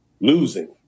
losing